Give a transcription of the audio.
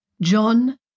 John